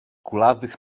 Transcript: kulawych